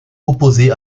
opposé